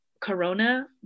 Corona